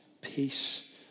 Peace